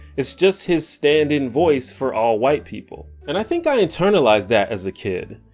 it's just his stand in voice for all white people. and i think i internalized that as a kid.